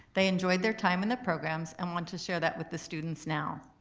they enjoyed their time in the programs and want to share that with the students now.